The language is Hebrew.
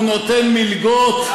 הוא נותן מלגות,